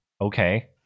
Okay